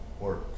work